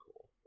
cool